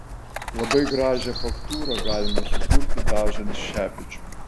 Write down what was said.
labai gražią faktūrą galima sukurti dažant šepečiu